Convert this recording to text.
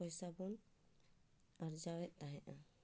ᱴᱟᱠᱟ ᱯᱚᱭᱥᱟᱵᱚᱱ ᱟᱨᱡᱟᱣᱮᱫ ᱛᱟᱦᱮᱱᱟ